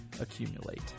accumulate